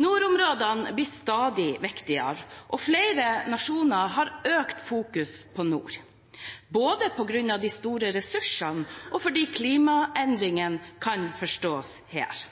Nordområdene blir stadig viktigere, og flere nasjoner har økt fokuseringen på nord, både på grunn av de store ressursene og fordi klimaendringene kan forstås her.